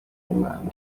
n’imana